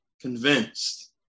convinced